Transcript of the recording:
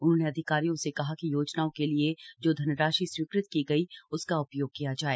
उन्होंने अधिकारियों से कहा कि योजनाओं के लिए जो धनराशि स्वीकृत की गई उसका उपयोग किया जाए